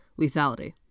Lethality